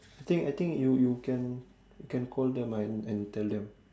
I think I think you you can call them and and tell them